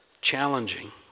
challenging